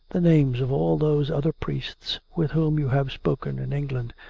the names of all those other priests with whom you have spoken in england,